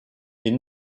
est